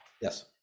Yes